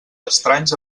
estranys